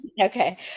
Okay